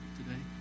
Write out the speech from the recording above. today